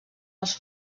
els